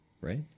Right